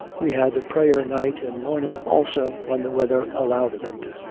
we had a prayer night and morning, also, when the weather allowed of it.